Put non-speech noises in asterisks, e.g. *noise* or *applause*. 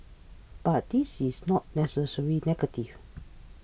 but this is not necessarily negative *noise*